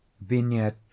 Vignette